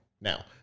Now